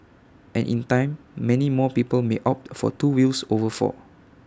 and in time many more people may opt for two wheels over four